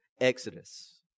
exodus